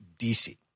DC